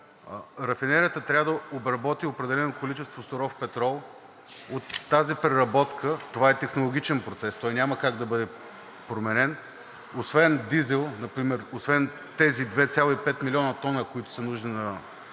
рафинерията трябва да обработи определено количество суров петрол. Това е технологичен процес, той няма как да бъде променен. Освен тези 2,5 милиона тона дизел, които са нужни на